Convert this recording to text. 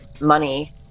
money